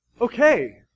Okay